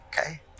Okay